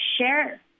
share